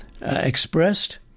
expressed